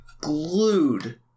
glued